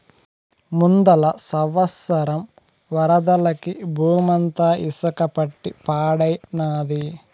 ముందల సంవత్సరం వరదలకి బూమంతా ఇసక పట్టి పాడైనాది